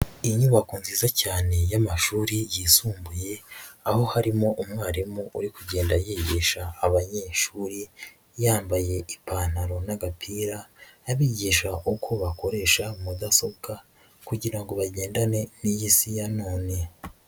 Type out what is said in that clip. Inyubako nziza cyane y'amashuri yisumbuye, aho harimo umwarimu uri kugenda yigisha abanyeshuri, yambaye ipantaro n'agapira, abigisha uko bakoresha mudasobwa, kugira ngo bagendane n'iyi si ya none.